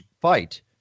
fight